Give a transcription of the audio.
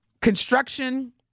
construction